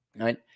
Right